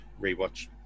rewatch